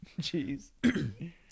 Jeez